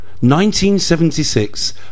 1976